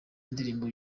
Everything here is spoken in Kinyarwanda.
indirimbo